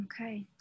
Okay